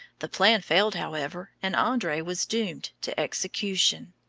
the plan failed, however, and andre was doomed to execution.